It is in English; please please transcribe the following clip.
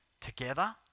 together